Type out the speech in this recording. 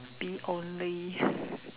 B only